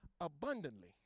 abundantly